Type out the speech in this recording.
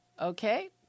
Okay